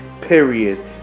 period